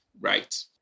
right